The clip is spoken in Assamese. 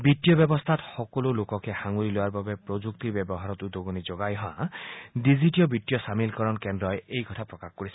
বিত্তীয় ব্যৱস্থা সকলো লোককে সাঙুৰি লোৱাৰ বাবে প্ৰযুক্তিৰ ব্যৱহাৰত উদগনি যোগাই অহা ডিজিটীয় বিত্তীয় চামিলকৰণ কেন্দ্ৰই এই কথা প্ৰকাশ কৰিছে